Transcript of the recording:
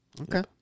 Okay